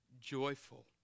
joyful